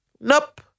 Nope